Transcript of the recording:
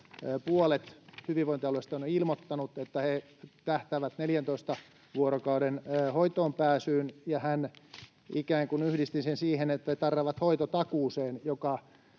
puolet hyvinvointialueista on jo ilmoittanut, että he tähtäävät 14 vuorokauden hoitoonpääsyyn. Hän ikään kuin yhdisti sen siihen, että he tarraavat hoitotakuuseen,